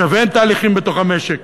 לכוון תהליכים בתוך המשק,